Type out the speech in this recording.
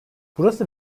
burası